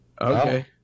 Okay